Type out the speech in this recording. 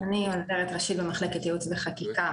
אני עוזרת ראשית במחלקת ייעוץ וחקיקה,